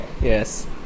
Yes